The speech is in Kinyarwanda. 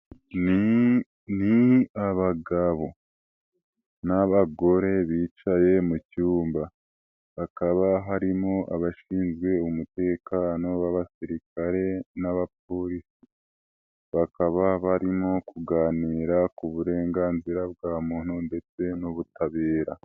Ni abagabo n'abagore bicaye mu cyumba hakaba harimo abashinzwe umutekano w'abasirikare n'abapolisi bakaba barimo kuganira ku burenganzira bwa muntu ndetse n'ubutabera.